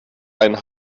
ein